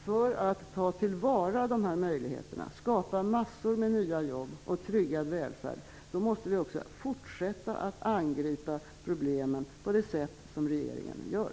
För att ta till vara möjligheterna, skapa massor av nya jobb och tryggad välfärd, måste vi fortsätta att angripa problemen på det sätt som regeringen gör.